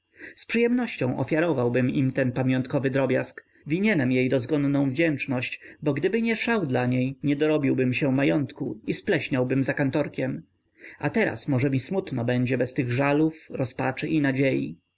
z przyjemnością ofiarowałbym im ten pamiątkowy drobiazg winienem jej dozgonną wdzięczność bo gdyby nie szał dla niej nie dorobiłbym się majątku i spleśniałbym za kantorkiem a teraz może mi smutno będzie bez tych żalów rozpaczy i nadziei